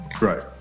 Right